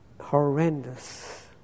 Horrendous